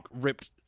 ripped